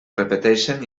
repeteixen